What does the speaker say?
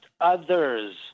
others